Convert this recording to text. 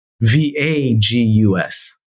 V-A-G-U-S